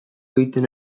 egiten